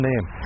Name